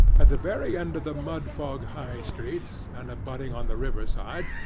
at the very end of the mudfog high-street, and abutting on the river-side,